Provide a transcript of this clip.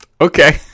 Okay